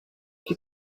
chi